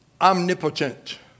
omnipotent